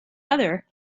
other